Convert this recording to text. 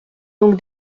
donc